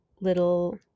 little